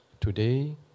Today